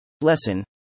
Lesson